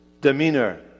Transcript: demeanor